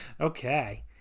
okay